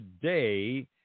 today